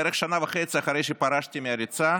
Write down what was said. בערך שנה וחצי אחרי שפרשתי מהריצה,